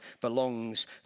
belongs